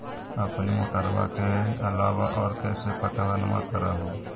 अपने मोटरबा के अलाबा और कैसे पट्टनमा कर हू?